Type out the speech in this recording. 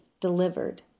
delivered